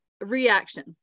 reaction